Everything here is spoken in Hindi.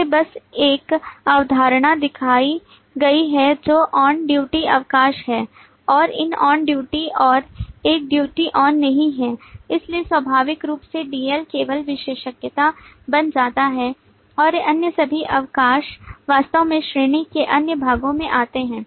मुझे बस एक अवधारणा दिखाई गई है जो ऑन ड्यूटी अवकाश है और एक ऑन ड्यूटी और एक ड्यूटी ऑन नहीं है इसलिए स्वाभाविक रूप से DL केवल विशेषज्ञता बन जाता है और अन्य सभी अवकाश वास्तव में श्रेणी के अन्य भागों में आते हैं